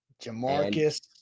Jamarcus